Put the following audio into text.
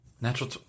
Natural